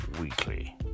Weekly